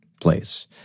place